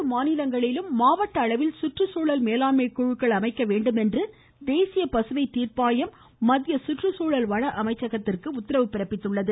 பசுமை தீர்ப்பாயம் அனைத்து மாநிலங்களிலும் மாவட்ட அளவில் சுற்றுச்சூழல் மேலாண்மை குழுக்கள் அமைக்க வேண்டும் என்று தேசிய பசுமை தீர்ப்பாயம் மத்திய சுற்றுச்சூழல் வன அமைச்சகத்திற்கு உத்தரவு பிறப்பித்துள்ளது